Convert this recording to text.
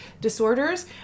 disorders